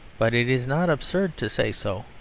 but it is not absurd to say so.